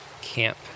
camp